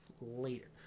later